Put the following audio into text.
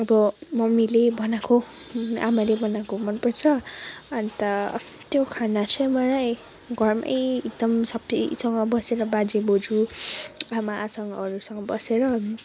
अब मम्मीले बनाएको आमाले बनाएको मनपर्छ अन्त त्यो खाना चाहिँ मलाई घरमै एकदम सबैसँग बसेर बाजे बज्यू आमाहरूसँग बसेर